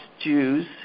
Jews